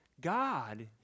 God